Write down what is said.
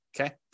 okay